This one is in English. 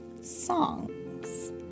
songs